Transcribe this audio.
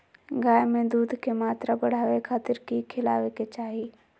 गाय में दूध के मात्रा बढ़ावे खातिर कि खिलावे के चाही?